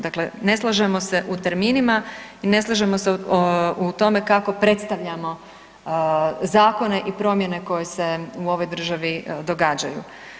Dakle, ne slažemo se u terminima i ne slažemo se u tome kako predstavljamo zakone i promjene koje se u ovoj državi događaju.